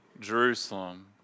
Jerusalem